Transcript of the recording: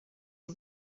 sie